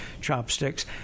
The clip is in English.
chopsticks